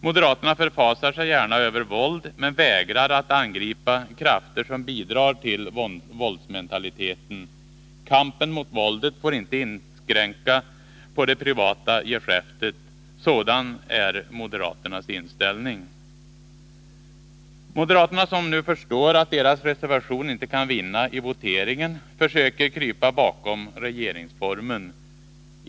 Moderaterna förfasar sig gärna över våld men vägrar att angripa krafter som bidrar till våldsmentaliteten. Kampen mot våldet får inte inskränka på det privata geschäftet. Sådan är moderaternas inställning. Moderaterna, som förstår att deras reservation inte kan vinna i voteringen, försöker krypa bakom regeringsformen.